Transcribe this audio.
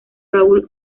raúl